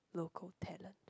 local talent